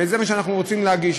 וזה מה שאנחנו רוצים להגיש.